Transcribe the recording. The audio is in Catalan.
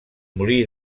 molí